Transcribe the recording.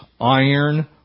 iron